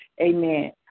amen